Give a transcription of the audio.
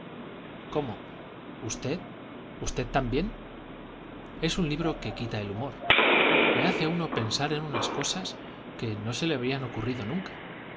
cómo usted también usted es un libro que quita el humor le hace a uno pensar en unas cosas que no se le habían ocurrido nunca